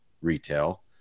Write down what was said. retail